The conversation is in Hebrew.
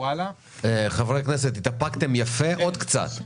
חברי הכנסת, התאפקתם יפה, עוד קצת.